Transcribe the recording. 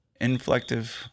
inflective